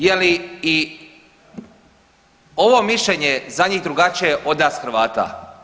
Je li i ovo mišljenje za njih drugačije od nas Hrvata?